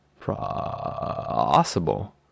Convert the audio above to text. Possible